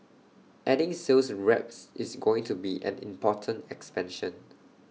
adding sales reps is going to be an important expansion